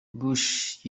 bush